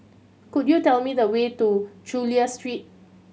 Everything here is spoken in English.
could you tell me the way to Chulia Street